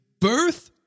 birth